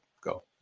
Go